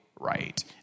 right